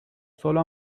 solo